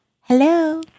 Hello